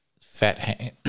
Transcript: fat